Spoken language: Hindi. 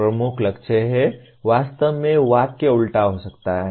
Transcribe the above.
प्रमुख लक्ष्य है वास्तव में वाक्य उलटा हो सकता था